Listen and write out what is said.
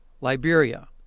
Liberia